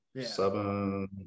Seven